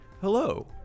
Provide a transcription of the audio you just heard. hello